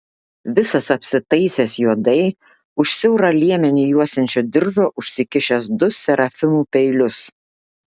visas apsitaisęs juodai už siaurą liemenį juosiančio diržo užsikišęs du serafimų peilius